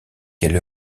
quelle